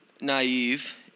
naive